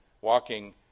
walking